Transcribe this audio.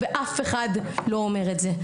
אף אחד לא אומר את זה,